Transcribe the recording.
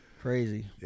Crazy